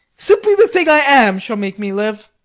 simply the thing i am shall make me live.